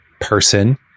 Person